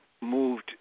moved